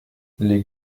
les